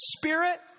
spirit